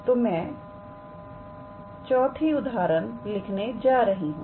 तो मैं 4 उदाहरण लिखने जा रही हूं